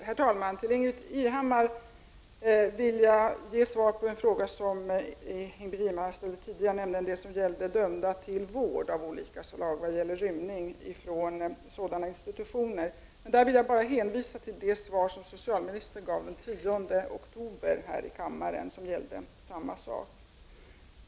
Herr talman! Som svar på den fråga Ingbritt Irhammar ställde tidigare om personer dömda till vård av olika slag och om dessa personers rymningar från institutioner, vill jag hänvisa till det svar som socialministern gav på en liknande fråga här i kammaren den 10 oktober.